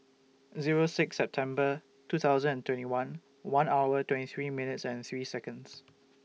Zero six September two thousand and twenty one one hour twenty three minutes and three Seconds